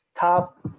top